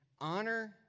honor